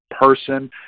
person